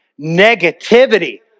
Negativity